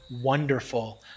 wonderful